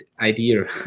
idea